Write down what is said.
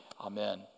Amen